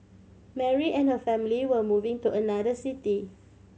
Mary and her family were moving to another city